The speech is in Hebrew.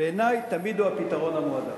בעיני תמיד זה הפתרון המועדף,